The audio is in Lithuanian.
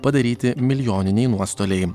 padaryti milijoniniai nuostoliai